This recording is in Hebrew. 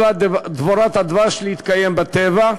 דבורת הדבש לא יכולה להתקיים בטבע.